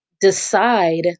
decide